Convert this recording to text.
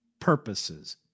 purposes